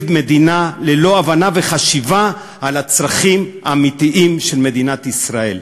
מדינה ללא הבנה וחשיבה על הצרכים האמיתיים של מדינת ישראל.